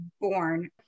born